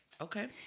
Okay